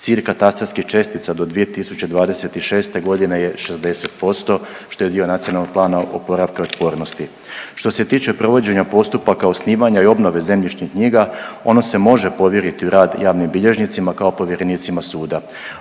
Cilj katastarskih čestica do 2026. g. je 60%, što je dio Nacionalnog plana oporavka i otpornosti. Što se tiče provođenja postupaka, osnivanja i obnove zemljišnih knjiga, ono se može povjeriti u rad javnim bilježnicima kao povjerenicima suda.